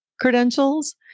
credentials